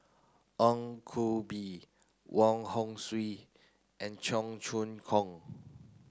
Ong Koh Bee Wong Hong Suen and Cheong Choong Kong